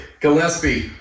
Gillespie